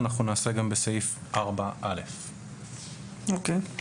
אנחנו נעשה גם בסעיף 4א. אוקיי.